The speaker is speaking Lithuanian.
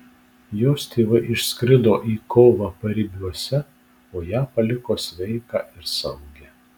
jos tėvai išskrido į kovą paribiuose o ją paliko sveiką ir saugią